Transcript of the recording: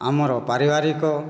ଆମର ପାରିବାରିକ